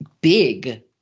big